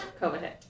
COVID